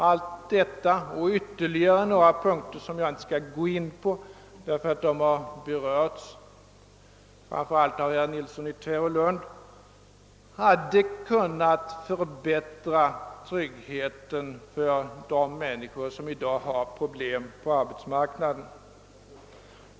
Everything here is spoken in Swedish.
Allt detta och ytterligare några punkter som jag inte skall gå in på, därför att de har berörts framför allt av herr Nilsson i Tvärålund, hade kunnat förbättra tryggheten för de människor som i dag har problem på arbetsmarknaden.